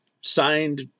signed